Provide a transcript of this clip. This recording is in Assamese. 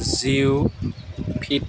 জিওফিট